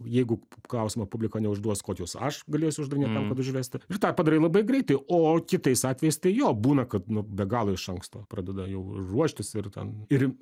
jeigu klausimą publika neužduos kokius aš galėsiu uždavinėt tam kad užvesti ir tą padarai labai greitai o kitais atvejais tai jo būna kad nu be galo iš anksto pradeda jau ruoštis ir ten ir